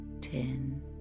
Ten